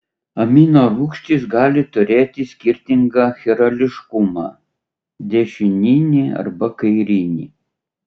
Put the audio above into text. aminorūgštys gali turėti skirtingą chirališkumą dešininį arba kairinį